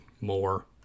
more